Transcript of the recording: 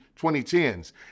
2010s